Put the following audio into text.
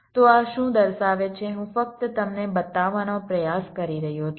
તો આ શું દર્શાવે છે હું ફક્ત તમને બતાવવાનો પ્રયાસ કરી રહ્યો છું